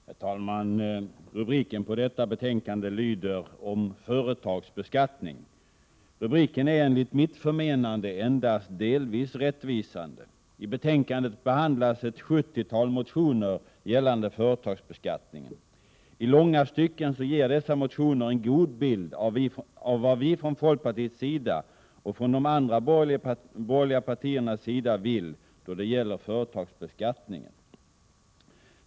Herr talman! Rubriken på detta betänkande lyder: ”Om företagsbeskattning”. Rubriken är enligt mitt förmenande endast delvis rättvisande. I betänkandet behandlas ett sjuttiotal motioner gällande företagsbeskattningen. I långa stycken ger dessa motioner en god bild av vad vi från folkpartiets och från de andra borgerliga partiernas sida vill då det gäller företagsbeskattningen.